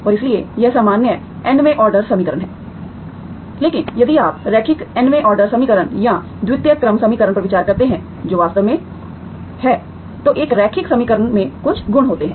और इसलिए यह सामान्य nth ऑर्डर समीकरण है लेकिन यदि आप रैखिक nth ऑर्डर समीकरण या द्वितीय क्रम समीकरण पर विचार करते हैं जो वास्तव में है तो एक रैखिक समीकरण में कुछ गुण होते हैं